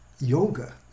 yoga